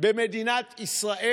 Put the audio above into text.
במדינת ישראל,